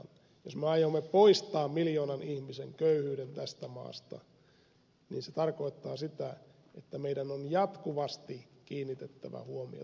jos me aiomme poistaa miljoonan ihmisen köyhyyden tästä maasta niin se tarkoittaa sitä että meidän on jatkuvasti kiinnitettävä huomiota tähän asiaan